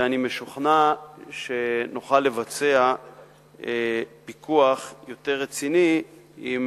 ואני משוכנע שנוכל לבצע פיקוח יותר רציני עם